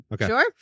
Sure